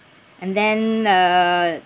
and then uh